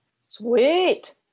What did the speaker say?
sweet